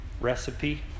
Recipe